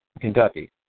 Kentucky